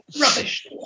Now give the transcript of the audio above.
Rubbish